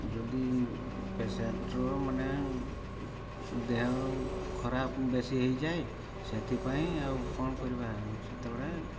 ଯଦି ପେସେଣ୍ଟ୍ର ମାନେ ଦେହ ଖରାପ ବେଶୀ ହେଇଯାଏ ସେଥିପାଇଁ ଆଉ କ'ଣ କରିବା ସେତେବେଳେ